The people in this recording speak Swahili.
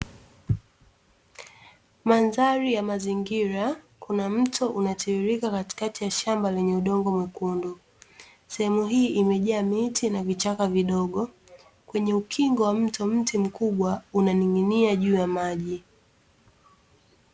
Mandhari ya mazingira, kuna mto unatiririka katikati ya shamba lenye udongo mwekundu. Sehemu hii imejaa miti na vichaka vidogo, kwenye ukingo wa mto, mti mkubwa unaning'inia juu ya maji.